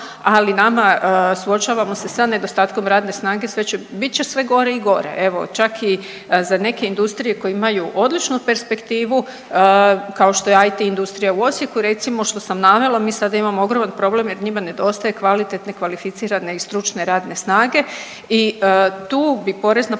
ali nama suočavamo sa nedostatkom radne snage sve će, bit će sve gore i gore, evo čak i za neke industrije koje imaju odličnu perspektivu kao što je IT industrija u Osijeku recimo što sam navela, mi sada imamo ogroman problem jer njima nedostaje kvalitetne, kvalificirane i stručne radne snage i tu bi porezna politika